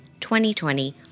2020